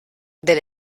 del